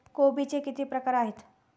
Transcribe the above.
कोबीचे किती प्रकार आहेत?